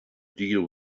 deal